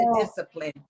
discipline